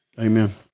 Amen